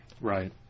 Right